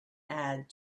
add